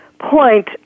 point